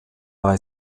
bei